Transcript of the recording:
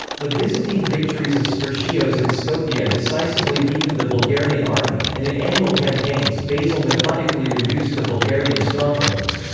the byzantine victories of spercheios and skopje decisively weakened the bulgarian army, and in annual campaigns, basil methodically reduced the bulgarian strongholds.